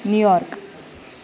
New York